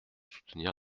soutenir